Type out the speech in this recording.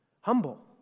humble